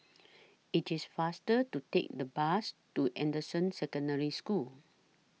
IT IS faster to Take The Bus to Anderson Secondary School